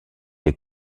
les